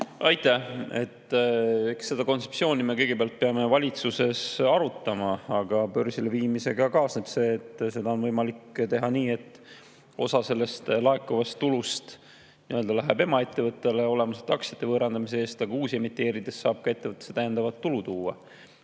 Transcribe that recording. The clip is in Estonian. Aitäh! Eks me peame seda kontseptsiooni kõigepealt valitsuses arutama. Aga börsile viimisega kaasneb see, et seda on võimalik teha nii, et osa laekuvast tulust läheb emaettevõttele olemasolevate aktsiate võõrandamise eest, aga uusi emiteerides saab ka ettevõttesse täiendavat tulu tuua